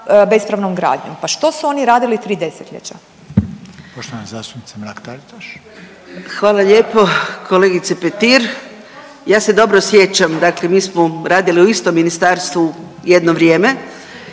bespravnom gradnjom. Pa što su oni radili tri desetljeća?